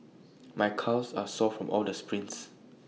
my calves are sore from all the sprints